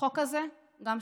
החוק הזה גם שלכם,